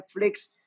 Netflix